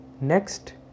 Next